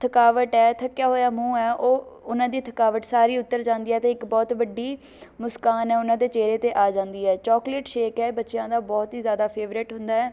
ਥਕਾਵਟ ਹੈ ਥੱਕਿਆ ਹੋਇਆ ਮੂੰਹ ਹੈ ਉਹ ਉਹਨਾਂ ਦੀ ਥਕਾਵਟ ਸਾਰੀ ਉਤਰ ਜਾਂਦੀ ਹੈ ਅਤੇ ਇੱਕ ਬਹੁਤ ਵੱਡੀ ਮੁਸਕਾਨ ਉਹਨਾਂ ਦੇ ਚਿਹਰੇ 'ਤੇ ਆ ਜਾਂਦੀ ਹੈ ਚੋਕਲੇਟ ਸ਼ੇਕ ਹੈ ਬੱਚਿਆਂ ਦਾ ਬਹੁਤ ਹੀ ਜ਼ਿਆਦਾ ਫੇਵਰੇਟ ਹੁੰਦਾ ਹੈ